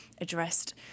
addressed